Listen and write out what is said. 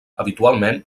habitualment